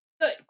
good